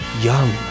young